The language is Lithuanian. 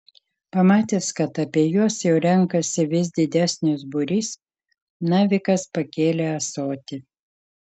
pamatęs kad apie juos jau renkasi vis didesnis būrys navikas pakėlė ąsotį